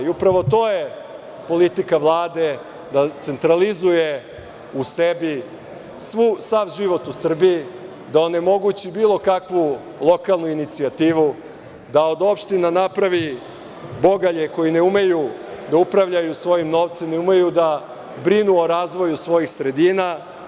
I upravo to je politika Vlade – da centralizuje u sebi sav život u Srbiji, da onemogući bilo kakvu lokalnu inicijativu, da od opština napravi bogalje koji ne umeju da upravljaju svojim novcem, ne umeju da brinu o razvoju svojih sredina.